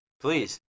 please